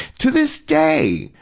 to this day,